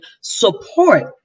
support